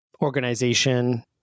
organization